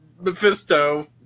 Mephisto